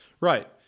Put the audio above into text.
Right